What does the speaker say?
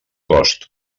cost